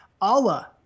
Allah